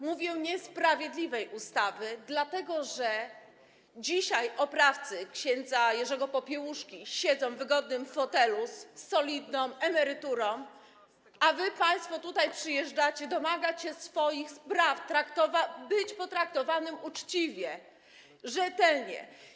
Mówię: niesprawiedliwej ustawy, dlatego że dzisiaj oprawcy ks. Jerzego Popiełuszki siedzą w wygodnym fotelu z solidną emeryturą, a państwo tutaj przyjeżdżacie domagać się swoich praw, by być potraktowanym uczciwie, rzetelnie.